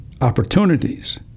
opportunities